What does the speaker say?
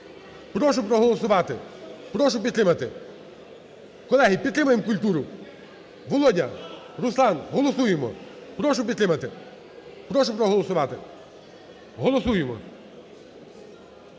Прошу проголосувати, прошу підтримати. Колеги, підтримаємо культуру. Володя, Руслан, голосуємо. Прошу підтримати, прошу проголосувати. Голосуємо